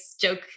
joke